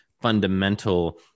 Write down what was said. fundamental